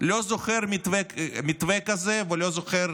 מתווה כזה ולא זוכר